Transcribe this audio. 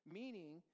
meaning